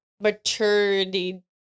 maturity